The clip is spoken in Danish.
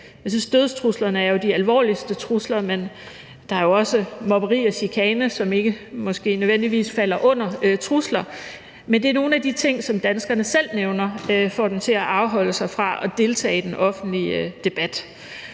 Jeg synes, dødstruslerne er de alvorligste trusler, men der er jo også mobning og chikane, som måske ikke nødvendigvis falder ind under trusler, men det er nogle af de ting, som danskerne selv nævner får dem til at afholde sig fra at deltage i den offentlige debat.